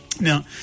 Now